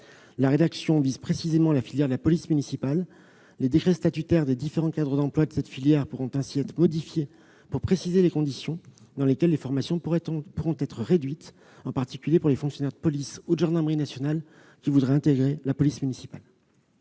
La rédaction vise précisément la filière de la police municipale. Les décrets statutaires des différents cadres d'emploi de cette filière pourront ainsi être modifiés pour préciser les conditions dans lesquelles la durée des formations pourra être réduite, en particulier pour les fonctionnaires de police ou de gendarmerie nationale qui voudraient intégrer la police municipale.